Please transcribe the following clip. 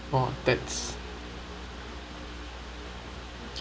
oh that's